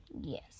Yes